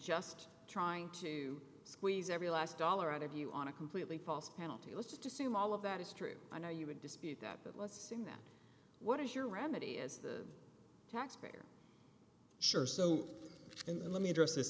just trying to squeeze every last dollar out of you on a completely false penalty let's just assume all of that is true i know you would dispute that but let's assume that what is your remedy is the taxpayer sure so and let me address